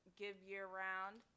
giveyearround